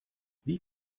wie